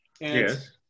Yes